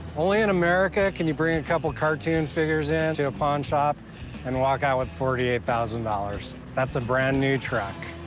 only in america can you bring in a couple of cartoon figures into a pawnshop and walk out with forty eight thousand dollars. that's a brand new track,